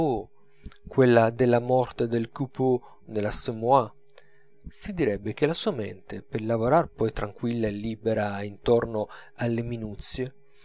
quella della morte del coupeau nell'assommoir si direbbe che la sua mente per lavorar poi tranquilla e libera intorno alle minuzie